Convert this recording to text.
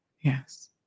Yes